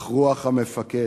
אך רוח המפקד,